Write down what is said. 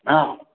ହଁ